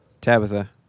Tabitha